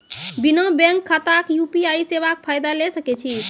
बिना बैंक खाताक यु.पी.आई सेवाक फायदा ले सकै छी?